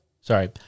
Sorry